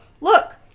Look